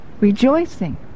Rejoicing